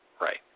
right